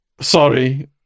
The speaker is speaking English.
Sorry